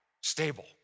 Stable